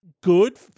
good